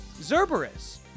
Zerberus